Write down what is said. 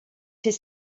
his